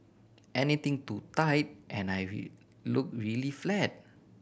anything too tight and I look really flat